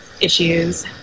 issues